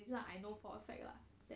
this [one] I know for a fact lah